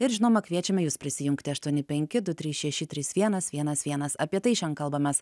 ir žinoma kviečiame jus prisijungti aštuoni penki du trys šeši trys vienas vienas vienas apie tai šian kalbamės